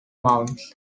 mounts